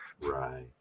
Right